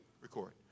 record